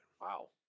Wow